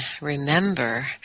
remember